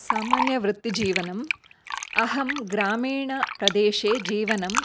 सामान्यवृत्तिजीवनम् अहं ग्रामीणप्रदेशे जीवनं